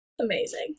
Amazing